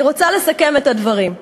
אני רוצה לסכם את הדברים.